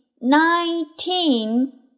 nineteen